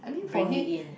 bring it in